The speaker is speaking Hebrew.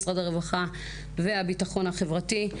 משרד הרווחה והביטחון החברתי.